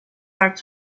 back